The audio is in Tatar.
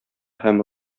һәм